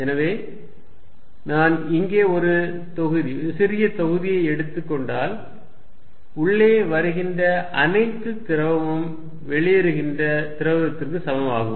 எனவே நான் இங்கே ஒரு தொகுதி சிறிய தொகுதியை எடுத்துக் கொண்டால் உள்ளே வருகின்ற அனைத்து திரவமும் வெளியேறுகின்ற திரவமும் சமமாகும்